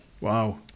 Wow